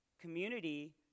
community